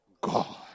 God